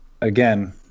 again